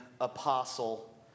apostle